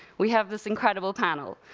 we have this incredible panel.